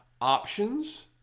options